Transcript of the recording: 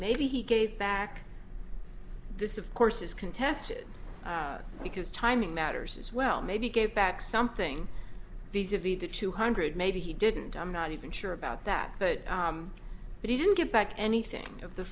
maybe he gave back this of course is contested because timing matters as well maybe get back something these of the two hundred maybe he didn't i'm not even sure about that but but he didn't get back anything of the